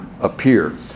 appear